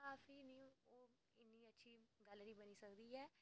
आं फ्ही निं ओह् इन्नी